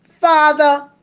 father